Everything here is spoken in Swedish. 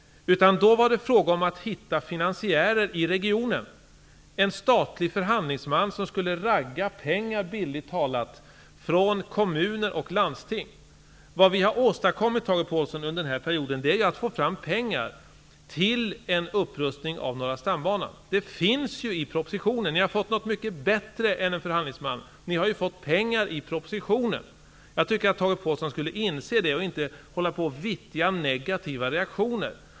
I stället var det fråga om att hitta finansiärer i regionen, att hitta en statlig förhandlingsman som, bildligt talat, skulle ragga pengar från kommuner och landsting. Vad vi har åstadkommit under den här perioden, Tage Påhlsson, är att vi har fått fram pengar till en upprustning av Norra stambanan. Det finns ju med i propositionen. När det gäller propositionen har ni alltså fått pengar, och det är mycket bättre än att få en förhandlingsman. Jag tycker att Tage Påhlsson borde inse det i stället för att vittja negativa reaktioner.